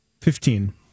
Fifteen